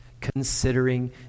considering